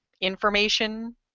information